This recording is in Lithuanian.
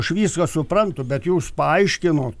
aš viską suprantu bet jūs paaiškinot